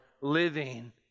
living